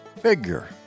figure